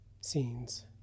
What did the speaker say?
scenes